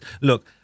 Look